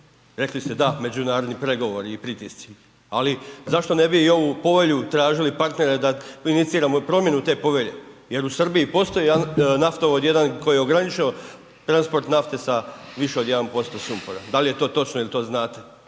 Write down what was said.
Rekli ste da, međunarodni pregovori i pritisci, ali zašto ne bi i ovu povelju tražili partnera da iniciramo i promjenu te povelje jer u Srbiji postoji naftovod jedan koji je ograničio transport nafte sa više od 1% sumpora, da li je to točno, jel to znate?